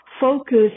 focus